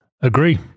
Agree